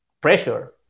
pressure